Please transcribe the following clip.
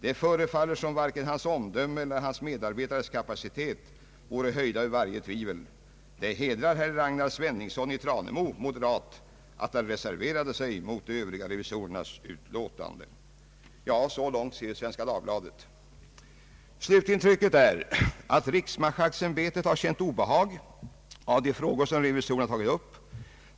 Det förefaller som om varken hans ömdöme eller hans medarbetares kapacitet vore höjda över varje tvivel. Det hedrar hr Ragnar Sveningsson i Tranemo att han reserverade sig mot övriga revisorers utlåtande.» Så långt tidningens ledare. Slutintrycket är att riksmarskalksämbetet har känt ett obehag inför de frågor som revisorerna har tagit upp.